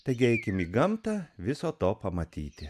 taigi eikim į gamtą viso to pamatyti